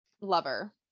lover